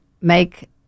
make